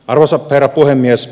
arvoisa herra puhemies